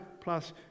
plus